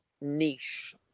niche